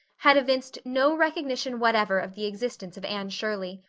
had evinced no recognition whatever of the existence of anne shirley.